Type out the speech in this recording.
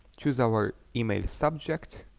choose our email subject